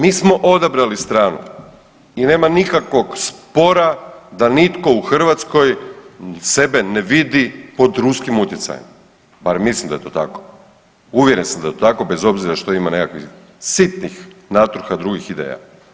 Mi smo odabrali stranu i nema nikakvog spora da nitko u Hrvatskoj sebe ne vidi pod ruskim utjecajem, bar mislim da je to tako, uvjeren sam da je to tako bez obzira što ima nekakvih sitnih natruha drugih ideja.